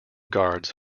guards